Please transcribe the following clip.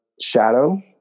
shadow